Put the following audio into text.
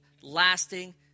lasting